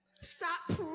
stop